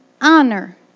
Honor